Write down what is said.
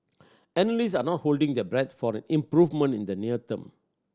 analyst are not holding their breath for an improvement in the near term